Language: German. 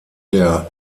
der